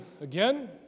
again